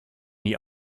nie